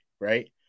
right